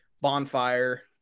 bonfire